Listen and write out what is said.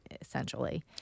essentially